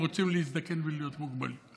או רוצים להזדקן בלי להיות מוגבלים.